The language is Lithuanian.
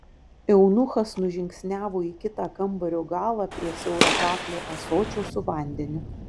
eunuchas nužingsniavo į kitą kambario galą prie siaurakaklio ąsočio su vandeniu